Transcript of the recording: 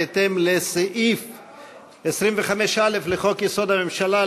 בהתאם לסעיף 25(א) לחוק-יסוד: הממשלה,